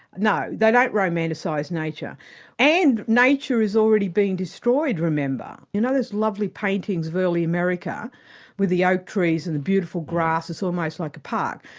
no, they don't romanticise nature and nature has already been destroyed, remember. you know those lovely paintings of early america with the oak trees and the beautiful grasses almost like a park.